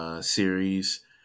series